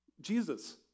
Jesus